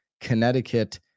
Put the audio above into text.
Connecticut